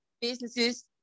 businesses